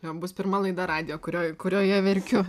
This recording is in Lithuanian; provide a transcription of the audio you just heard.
jo bus pirma laida radijo kurioj kurioje verkiu